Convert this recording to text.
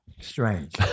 strange